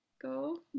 go